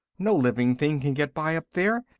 no living thing can get by up there,